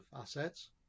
assets